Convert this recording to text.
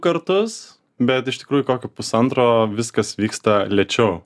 kartus bet iš tikrųjų kokio pusantro viskas vyksta lėčiau